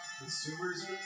Consumers